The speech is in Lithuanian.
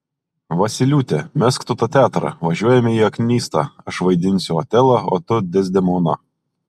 vosyliūte mesk tu tą teatrą važiuojame į aknystą aš vaidinsiu otelą tu dezdemoną